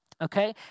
Okay